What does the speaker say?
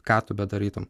ką tu bedarytum